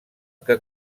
que